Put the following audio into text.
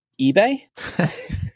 eBay